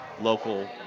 local